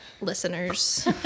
listeners